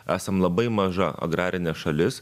esam labai maža agrarinė šalis